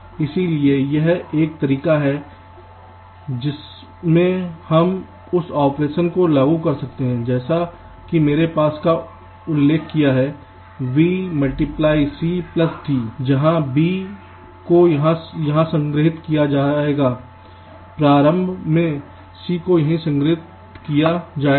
इसलिए यह एक तरीका है जिसमें हम उस ऑपरेशन को लागू कर सकते हैं जैसा कि मेरे पास था उल्लेख किया b×cd जहाँ b को यहाँ संग्रहीत किया जाएगा प्रारंभ में c को यहाँ संग्रहीत किया जाएगा